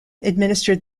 administered